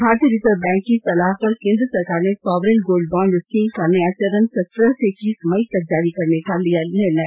भारतीय reserve bank की सलाह पर केंद्र सरकार ने सॉवरेन गोल्ड बांड स्कीम का नया चरण सत्रह से इक्कीस मई तक जारी करने का लिया निर्णय